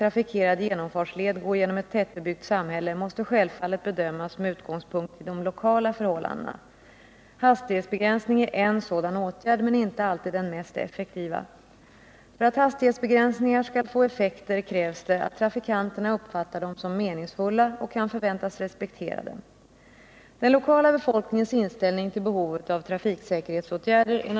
Krav har framförts om att hastigheten på denna sträcka skulle begränsas ytterligare, till 50 km/tim, vilket dock vägmyndigheterna vägrat gå med på. En demonstration med deltagande från en stor del av tätortens befolkning har genomförts för att ge skärpa åt dessa krav.